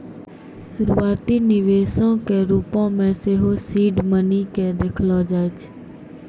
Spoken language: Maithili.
शुरुआती निवेशो के रुपो मे सेहो सीड मनी के देखलो जाय छै